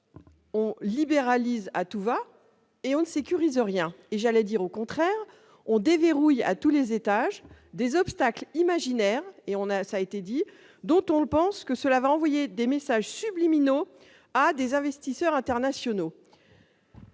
On libéralise à tout va et on sécurise rien et j'allais dire au contraire on déverrouille à tous les étages des obstacles imaginaires et on a, ça a été dit, dont on pense que cela va envoyer des messages subliminaux à des investisseurs internationaux.